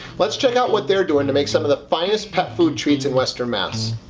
let us check out what they're doing to make some of the finest pet food treats in western mass.